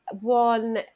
one